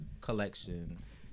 Collections